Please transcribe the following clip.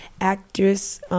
actress